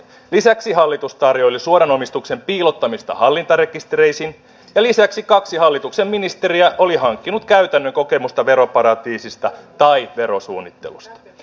lisäksi hallitus tarjoili suoran omistuksen piilottamista hallintarekistereihin ja lisäksi kaksi hallituksen ministeriä oli hankkinut käytännön kokemusta veroparatiisista tai verosuunnittelusta